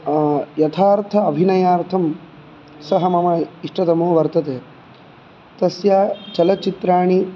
यथार्थ अभिनयार्थं सः मम इष्टतमो वर्तते तस्य चलच्चित्राणि